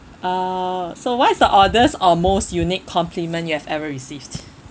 uh so what is the honest or most unique compliment you have ever received